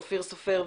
אופיר סופר,